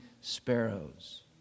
sparrows